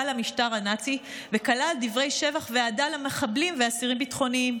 למשטר הנאצי וכלל דברי שבח ואהדה למחבלים ואסירים ביטחוניים.